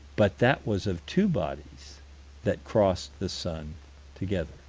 but that was of two bodies that crossed the sun together